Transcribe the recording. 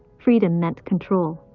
freedom meant control.